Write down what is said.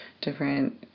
different